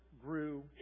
grew